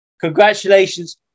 congratulations